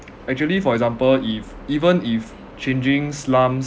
actually for example if even if changing slums